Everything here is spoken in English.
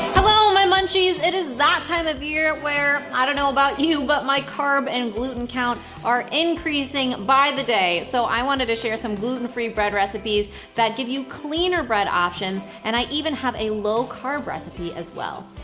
hello my munchies, it is that time of year where i don't know about you but my carb and gluten count are increasing by the day, so i wanted to share some gluten-free bread recipes that give you cleaner bread options and i even have a low-carb recipe as well.